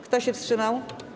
Kto się wstrzymał?